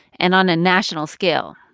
and on a national scale,